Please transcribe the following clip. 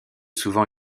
souvent